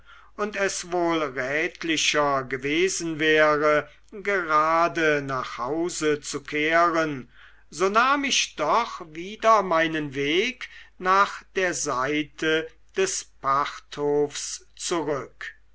und es wohl rätlicher gewesen wäre gerade nach hause zu kehren so nahm ich doch wieder meinen weg nach der seite des pachthofs zurück